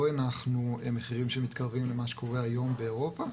הנחנו מחירים שמתקרבים למה שקורה היום באירופה,